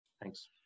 thanks